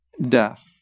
death